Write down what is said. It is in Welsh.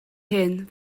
hyn